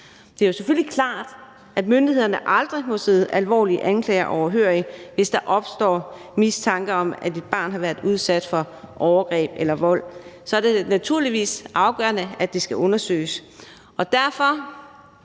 Det er klart, at myndighederne aldrig må sidde alvorlige anklager overhørig, hvis der opstår mistanke om, at et barn har udsat været for overgreb eller vold. Så er det naturligvis afgørende, at det skal undersøges.